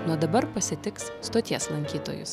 nuo dabar pasitiks stoties lankytojus